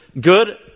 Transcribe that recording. good